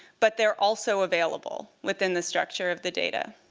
but they're also available within the structure of the data.